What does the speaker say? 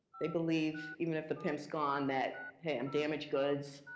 they believe, even if the pimp's gone, that, hey, i'm damaged goods.